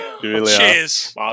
cheers